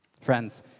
Friends